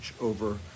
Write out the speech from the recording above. over